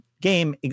game